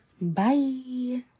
Bye